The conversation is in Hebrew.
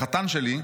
החתן שלי,